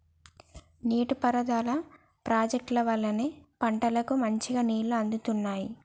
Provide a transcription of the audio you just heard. నీటి పారుదల ప్రాజెక్టుల వల్లనే పంటలకు మంచిగా నీళ్లు అందుతున్నాయి